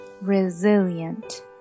resilient